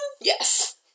Yes